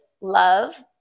love